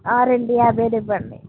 రెండు యాభైది ఇవ్వండి